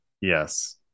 yes